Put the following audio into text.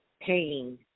pain